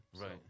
right